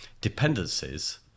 dependencies